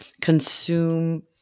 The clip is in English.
consume